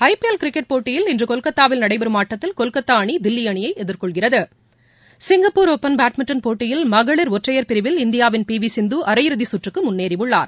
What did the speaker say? ஐ P L cricket போட்டியில் இன்று கொல்கத்தாவில் நடைபெறும் ஆட்டத்தில் கொல்கத்தா அணி தில்லி அணியை எதிர்கொள்கிறது சிங்கப்பூர் ஒபன் பேட்மிண்டன் போட்டியில் மகளிர் ஒற்றையர் பிரிவில் இந்தியாவின் பி வி சிந்து அரையிறுதி சுற்றுக்கு முன்னேறியுள்ளார்